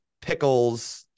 pickles